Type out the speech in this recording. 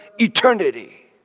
Eternity